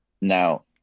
Now